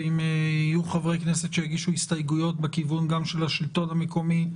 ואם יהיו חברי כנסת שיגישו הסתייגויות בכיוון גם של השלטון המקומי,